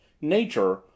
Nature